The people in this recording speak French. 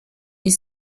est